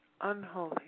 Unholy